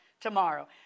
tomorrow